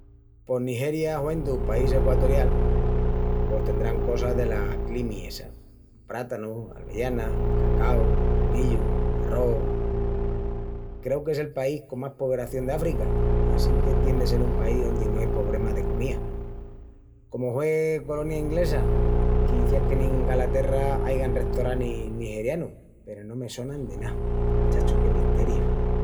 Pos Nigeria huendu país equatorial pos tendrán cosas dela climi essa. Prátanus, alvellanas, cacau, millu, arrós. Creu qu'es el país con más puebración d'África assinque tien de sel un país ondi no ai pobremas de comía. Comu hue colonia inglesa, quiciás qu'en Ingalaterra aigan restoranis nigerianus peru no me sonan de ná. Chacho, qué misteriu!